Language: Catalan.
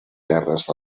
gerres